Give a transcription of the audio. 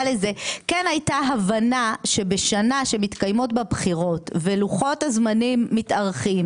לזה כן הייתה הבנה שבשנה שמתקיימות בה בחירות ולוחות הזמנים מתארכים